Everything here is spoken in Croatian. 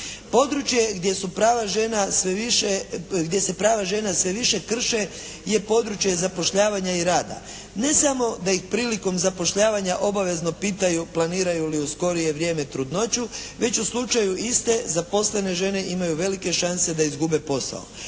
sve više, gdje se prava žena sve više krše je područje zapošljavanja i rada. Ne samo da ih prilikom zapošljavanja obavezno pitaju planiraju li u skorije vrijeme trudnoću, već u slučaju iste zaposlene žene imaju velike šanse da izgube posao,